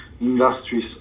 industries